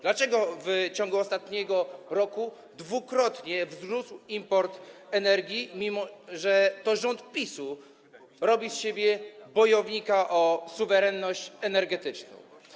Dlaczego w ciągu ostatniego roku dwukrotnie wzrósł import energii, mimo że rząd PiS-u robi z siebie bojownika o suwerenność energetyczną?